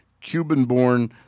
Cuban-born